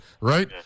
right